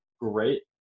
great